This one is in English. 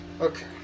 Okay